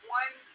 one